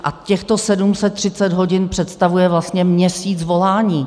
A těchto 730 hodin představuje vlastně měsíc volání.